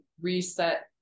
reset